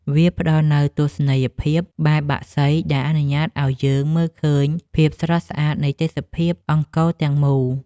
វាផ្ដល់នូវទស្សនីយភាពបែបបក្សី ដែលអនុញ្ញាតឱ្យយើងមើលឃើញភាពស្រស់ស្អាតនៃទេសភាពអង្គរទាំងមូល។